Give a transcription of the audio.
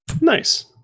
Nice